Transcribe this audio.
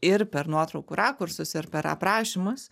ir per nuotraukų rakursus ir per aprašymus